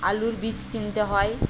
আলুর বীজ কিনতে হয়